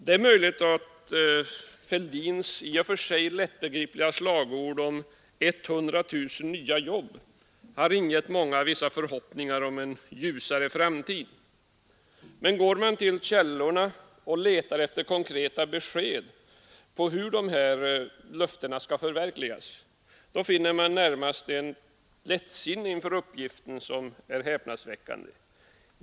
Det är möjligt att herr Fälldins i och för sig lättbegripliga slagord om 100 000 nya jobb har ingett många vissa förhoppningar om en ljusare framtid. Men går man till källorna och letar efter konkreta besked om hur detta löfte skall förverkligas, finner man närmast ett lättsinne inför uppgiften som är häpnadsväckande.